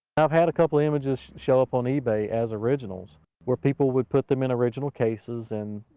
i've had a couple images show up on ebay as originals where people would put them in original cases and,